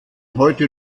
heute